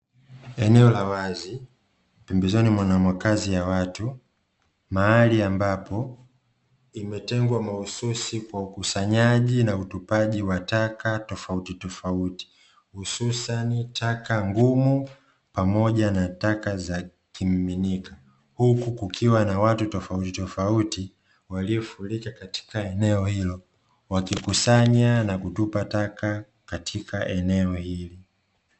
Eneo la wazi pembezoni mwa makazi ya watu, mahali ambapo limetengwa mahususi kwa ukusanyaji na utupaji wa taka tofautitofauti hususan taka ngumu pamoja na taka za kiminika. Huku kukiwa na watu tofautitofauti waliofurika katika eneo hilo wakikusanya na kutupa taka katika eneo hilo.